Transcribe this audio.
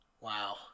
Wow